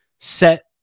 set